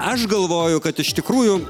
aš galvoju kad iš tikrųjų